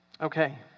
Okay